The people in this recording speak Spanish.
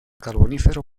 carbonífero